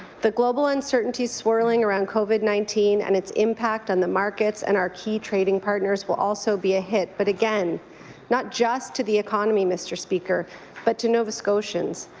the global uncertainty swirling around covid nineteen and its impact on the marketsoned our key trading partners will also be a hit, but again not just to the economy, mr. speaker but to nova scotians,